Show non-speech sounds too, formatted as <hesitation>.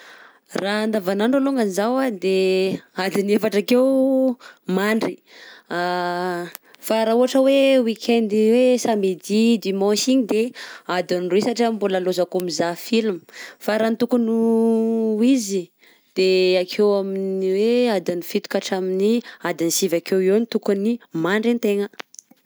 Ra andavanandro alongany zaho adin'ny efatra ake mandry <hesitation> fa ra oe week-end samedi dimanche iny de adin'ny roy satry mbola laozako mizaha film fa ra ny tokony ho izy de akeo amin'ny hoe adin'ny fito ka hatramin'ny adin'ny sivy akeo eo no tokony mandry antegna.